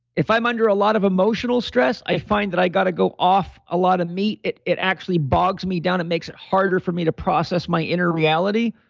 if i'm under a lot of emotional stress, i find that i got to go off a lot of meat. it it actually bogs me down. it makes it harder for me to process my inner reality.